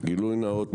גילוי נאות,